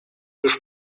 już